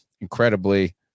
incredibly